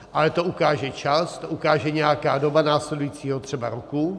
Ale to ukáže čas, to ukáže nějaká doba následujícího třeba roku.